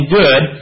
good